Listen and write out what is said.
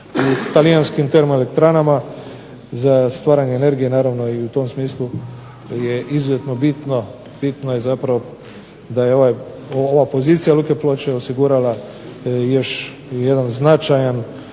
talijanskim termoelektranama za stvaranje energije. Naravno i u tom smislu je izuzetno bitno, bitno je zapravo da je ova pozicija luke Ploče osigurala još jedan značajan